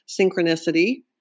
synchronicity